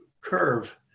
curve